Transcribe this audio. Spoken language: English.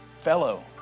fellow